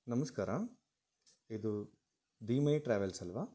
ನಮಸ್ಕಾರ ಇದು the my travels ಅಲ್ವಾ